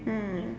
mm